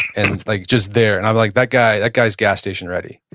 and like just there. and i'm like, that guy, that guy's gas station ready.